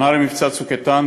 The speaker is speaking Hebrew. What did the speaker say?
שנה למבצע "צוק איתן",